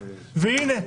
והינה,